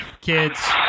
kids